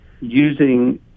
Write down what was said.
using